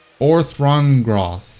Orthrongroth